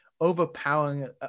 overpowering